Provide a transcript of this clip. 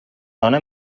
dona